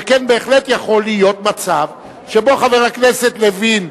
שכן בהחלט יכול להיות מצב שבו חבר הכנסת לוין,